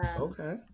Okay